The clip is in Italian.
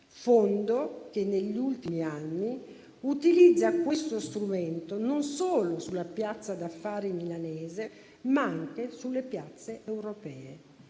fondo che negli ultimi anni utilizza questo strumento non solo sulla piazza d'affari milanese, ma anche sulle piazze europee.